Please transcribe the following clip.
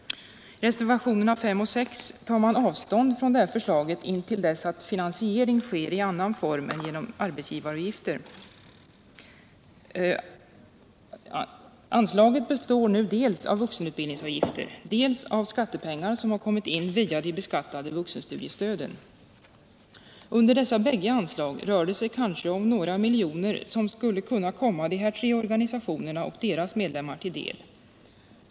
:? I reservationerna 5 och 6 tar man avstånd från förslaget tills finansiering sker i en annan form än genom arbetsgivaravgifter. Anslaget består nu dels av vuxenutbildningsavgifter, dels av skattepengar som har kommit in via de beskattade vuxenstudiestöden. Under dessa bägge anslag rör det sig kanske om några miljoner, som skulle kunna komma de här tre organisationerna och deras medlemmar till del.